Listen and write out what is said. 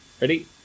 Ready